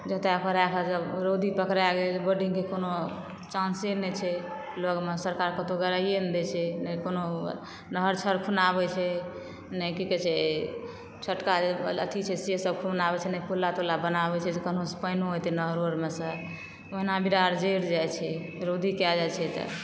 जोता कोराक जब रौदी पकड़ा गेल बोडिंगके कोनो चान्से नहि छै लगमे सरकार कतहुँ गराइए नहि दैत छै नहि कोनो नहर छहर खुनाबै छै नहि की कहैत छै छोटका जे अथी छै से सभ खुनाबै छै नहि कोला तोला बनाबैत छै जे कनहुसँ पानिओ एतय नहरो अरमेसँ ओहिना विरार जरि जाइ छै रौदी कए जाइ छै तऽ